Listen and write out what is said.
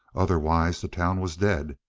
otherwise the town was dead.